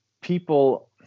people